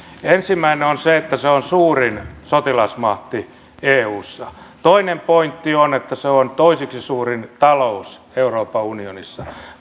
ensimmäinen on se että se on suurin sotilasmahti eussa toinen pointti on että se on toiseksi suurin talous euroopan unionissa